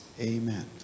Amen